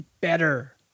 better